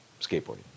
skateboarding